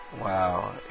Wow